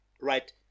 right